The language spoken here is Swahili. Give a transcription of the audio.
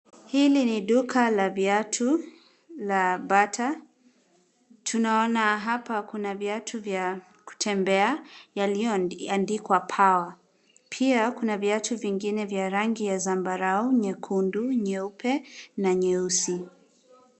Hili ni duka la viatu la bata, tunaona hapa kuna viatu vya kutembea yaliyoandikwa Power pia kuna viatu vingine vya rangi ya zambarau nyekundu nyeupe na nyeusi.